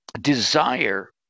desire